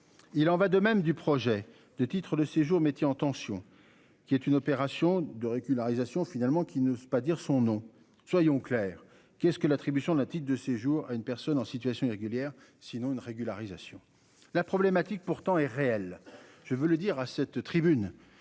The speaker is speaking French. Il en va de même du projet de titre de séjour métiers en tension. Qui est une opération de régularisation finalement qui ne veut pas dire son nom. Soyons clairs, qu'est-ce que l'attribution d'un titre de séjour à une personne en situation irrégulière sinon une régularisation la problématique pourtant est réel, je veux le dire à cette tribune.